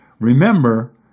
remember